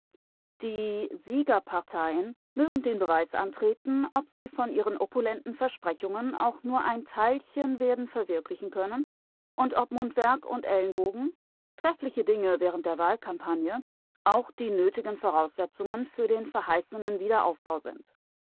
die siegerparteien mögen den beweis antreten ob sie von ihren opulenten versprechungen auch nur ein teilchen werden verwirklichen können und ob mundwerk und ellenbogen treffliche dinge während der wahlkampagne auch die nötigen voraussetzungen für den verheißenen wiederaufbau sind